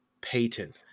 Payton